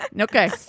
Okay